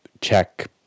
check